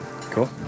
Cool